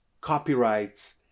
copyrights